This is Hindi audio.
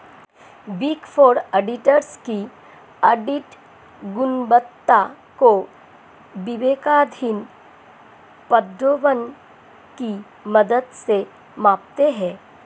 बिग फोर ऑडिटर्स की ऑडिट गुणवत्ता को विवेकाधीन प्रोद्भवन की मदद से मापते हैं